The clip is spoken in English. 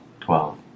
Twelve